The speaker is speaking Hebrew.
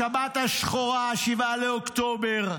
השבת השחורה, 7 באוקטובר,